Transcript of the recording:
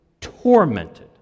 tormented